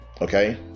Okay